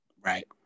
Right